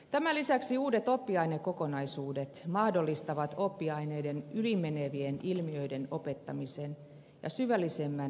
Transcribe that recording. tämän lisäksi uudet oppiainekokonaisuudet mahdollistavat oppiaineiden ylimenevien ilmiöiden opettamisen ja syvällisemmän ymmärtämisen